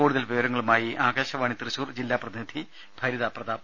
കൂടുതൽ വിവരങ്ങളുമായി ആകാശവാണി തൃശൂർ ജില്ലാ പ്രതിനിധി ഭരിതാ പ്രതാപ്